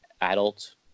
adult